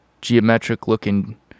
geometric-looking